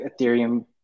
Ethereum